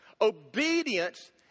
Obedience